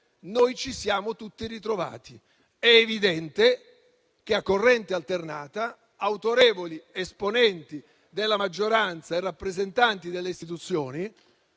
ci siamo tutti ritrovati. È evidente che, a corrente alternata, autorevoli esponenti della maggioranza e rappresentanti delle istituzioni,